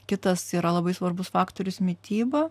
kitas yra labai svarbus faktorius mityba